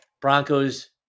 Broncos